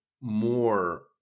more